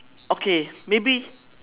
okay maybe